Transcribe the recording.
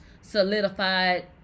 solidified